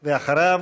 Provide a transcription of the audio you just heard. ואחריו,